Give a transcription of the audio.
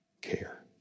care